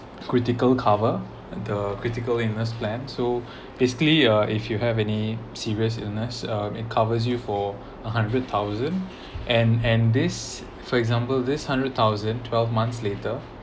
critical cover the critical illness planned so basically uh if you have any serious illness um it covers you for a hundred thousand and and this for example this hundred thousand twelve months later